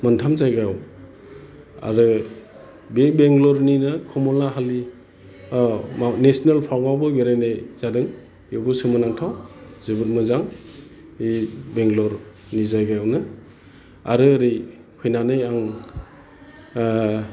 मोनथाम जायगायाव आरो बै बेंगल'रनिनो खमला हालि नेशनेल फामुआवबो बेरायनाय जादों बेयावबो सोमोनांथाव जोबोद मोजां बे बेंगल'रनि जायगायावनो आरो ओरै फैनानै आं